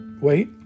wait